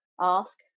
ask